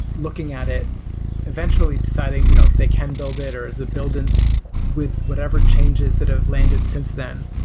looking at it eventually deciding you know if they can build it, or is it build and with whatever changes that have landed since then.